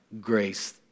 grace